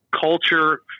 culture